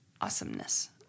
awesomeness